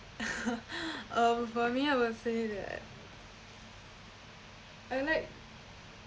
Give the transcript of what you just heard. um for me I will say that I like